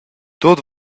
tut